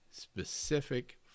specific